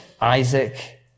isaac